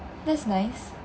that's nice